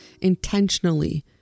intentionally